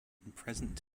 present